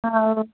ହଁ